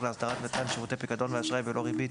להסדרת מתן שירותי פיקודן ואשראי בלא ריבית